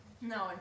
No